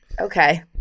okay